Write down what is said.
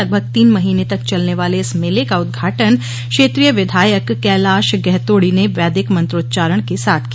लगभग तीन महीने तक चलने वाले इस मेले का उदघाटन क्षेत्रीय विधायक कैलाश गहतोड़ी ने वैदिक मंत्रोंचरण के साथ किया